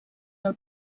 del